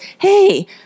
hey